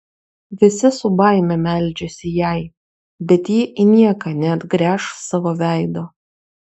visi su baime meldžiasi jai bet ji į nieką neatgręš savo veido